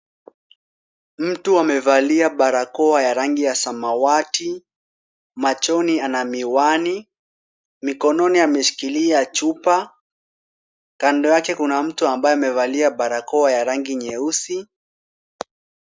Mtu amevalia barakoa ya rangi ya Samawati ,machoni ana miwani ,mikononi ameshikilia chupa, kando yake Kuna mtu ambaye amevalia barakoa nyeusi.